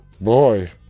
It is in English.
Boy